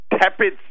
Tepid